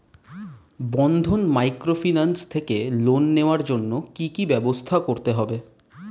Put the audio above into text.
বন্ধন microfinance থেকে loan নেওয়ার জন্য কি কি ব্যবস্থা করতে হবে?